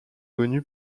connu